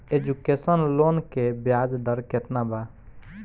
Education loan के ब्याज दर केतना बा?